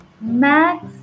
Max